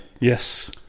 Yes